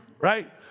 Right